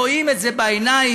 רואים את זה בעיניים,